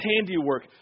handiwork